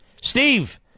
Steve